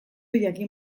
jakin